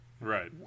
right